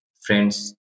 friends